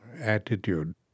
attitude